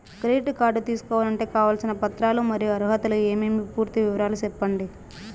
Credit card తీసుకోవాలంటే కావాల్సిన పత్రాలు మరియు అర్హతలు ఏమేమి పూర్తి వివరాలు సెప్పండి?